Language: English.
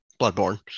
Bloodborne